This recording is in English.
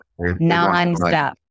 Nonstop